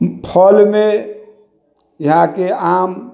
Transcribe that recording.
फलमे यहाँके आम